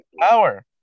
power